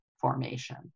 formation